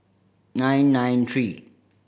nine nine three